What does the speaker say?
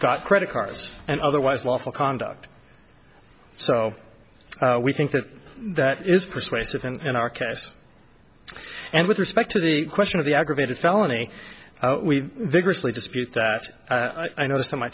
got credit cards and otherwise lawful conduct so we think that that is persuasive and our case and with respect to the question of the aggravated felony we vigorously dispute that i noticed in my